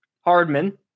Hardman